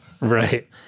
Right